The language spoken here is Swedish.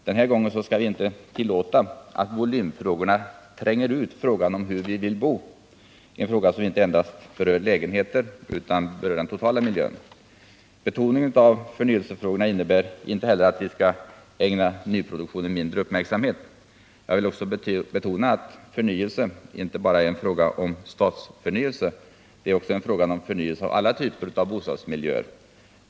Den här gången skall vi inte tillåta att volymfrågorna tränger ut frågan om hur vi vill bo — en fråga som inte endast berör lägenheter, utan som berör den totala miljön. Betoningen av förnyelsefrågorna innebär inte heller att vi skall ägna nyproduktionen mindre uppmärksamhet. Jag vill också betona att förnyelse inte bara är en fråga om stadsförnyelse — det är också en fråga om förnyelse av alla typer av bostadsmiljöer.